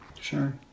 Sure